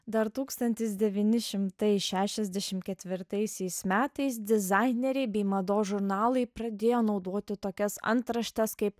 dar tūkstantis devyni šimtai šešiasdešim ketvirtaisiais metais dizaineriai bei mados žurnalai pradėjo naudoti tokias antraštes kaip